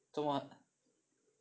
做什么